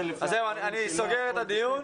אני סוגר את הדיון.